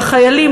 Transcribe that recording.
לחיילים,